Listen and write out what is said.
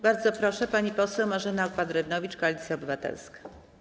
Bardzo proszę, pani poseł Marzena Okła-Drewnowicz, Koalicja Obywatelska.